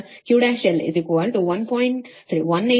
7 kilo VAR ಆಗಿದೆ